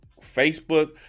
Facebook